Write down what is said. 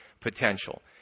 potential